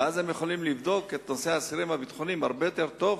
ואז הם יכולים לבדוק את נושא האסירים הביטחוניים הרבה יותר טוב,